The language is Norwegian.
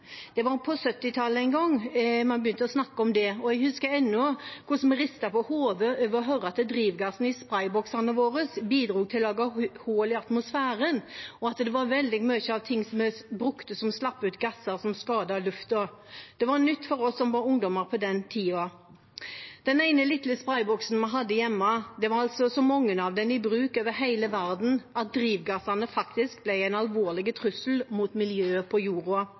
Det var på 1970-tallet en gang man begynte å snakke om det. Jeg husker ennå hvordan vi ristet på hodet over å høre at drivgassen i sprayboksene våre bidro til å lage hull i atmosfæren, og at det var veldig mye av ting vi brukte, som slapp ut gasser som skadet lufta. Det var nytt for oss som var ungdommer på den tiden. Den ene lille sprayboksen vi hadde hjemme – det var altså så mange av dem i bruk over hele verden at drivgassen faktisk ble en alvorlig trussel mot miljøet på jorda.